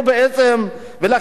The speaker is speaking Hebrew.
המדיניות צריכה להיות ברורה.